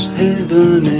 heaven